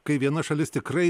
kai viena šalis tikrai